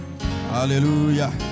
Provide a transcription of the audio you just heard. Hallelujah